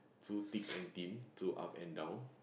through thick and thin through up and down